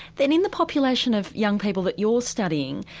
then in the population of young people that you're studying,